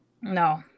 No